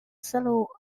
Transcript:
settle